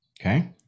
Okay